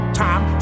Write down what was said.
time